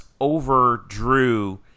overdrew